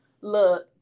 Look